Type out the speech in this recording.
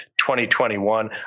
2021